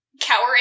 cowering